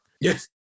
Yes